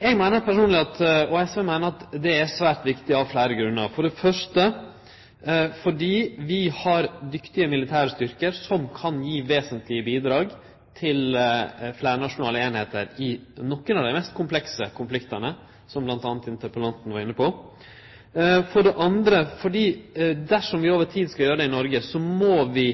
Eg meiner personleg, og SV meiner, at det er svært viktig av fleire grunnar – for det første fordi vi har dyktige militære styrkar som kan gi vesentlege bidrag til fleirnasjonale einingar i nokre av dei mest komplekse konfliktane, som bl.a. interpellanten var inne på, og for det andre fordi dersom vi over tid skal gjere det i Noreg, må vi